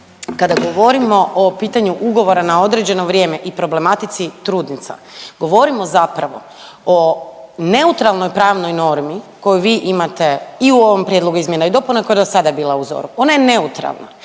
Kada govorimo o pitanju ugovora na određeno vrijeme i problematici trudnica, govorimo zapravo o neutralnoj pravnoj normi koju vi imate i u ovom prijedlogu izmjena i dopuna koja je do sada bila u ZOR-u. Ona je neutralna,